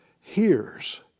Hears